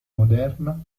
moderna